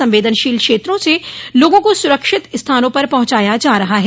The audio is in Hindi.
संवेदनशील क्षेत्रों से लोगों को सुरक्षित स्थानों पर पहुंचाया जा रहा है